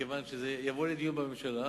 מכיוון שזה יבוא לדיון בממשלה,